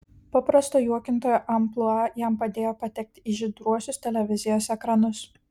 paprasto juokintojo amplua jam padėjo patekti į žydruosius televizijos ekranus